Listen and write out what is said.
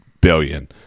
billion